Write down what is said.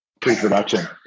pre-production